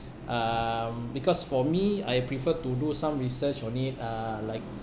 um because for me I prefer to do some research on it uh like